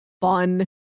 fun